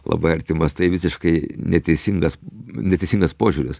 labai artimas tai visiškai neteisingas neteisingas požiūris